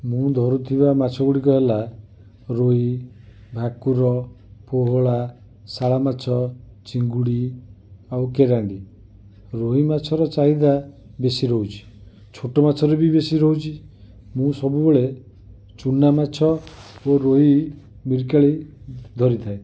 ମୁଁ ଧରୁଥିବା ମାଛ ଗୁଡ଼ିକ ହେଲା ରୋହି ଭାକୁର ପୋହଳା ଶାଳ ମାଛ ଚିଙ୍ଗୁଡ଼ି ଆଉ କେରାଣ୍ଡି ରୋହି ମାଛ ର ଚାହିଦା ବେଶୀ ରହୁଛି ଛୋଟ ମାଛ ର ବି ବେଶୀ ରହୁଛି ମୁଁ ସବୁବେଳେ ଚୂନା ମାଛ ଓ ରୋହି ମିରିକାଳୀ ଧରିଥାଏ